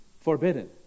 forbidden